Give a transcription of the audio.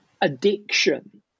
addiction